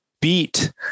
beat